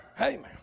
Amen